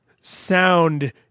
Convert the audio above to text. sound